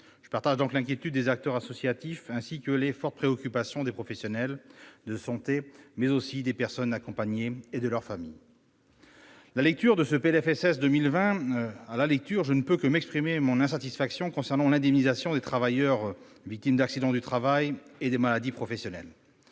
Je partage donc l'inquiétude des acteurs associatifs, ainsi que les fortes préoccupations des professionnels de santé, mais aussi des personnes accompagnées et de leur famille. En ce qui concerne la branche AT-MP, je ne peux, à la lecture de ce PLFSS 2020, qu'exprimer mon insatisfaction concernant l'indemnisation des travailleurs victimes d'un accident du travail ou d'une maladie professionnelle.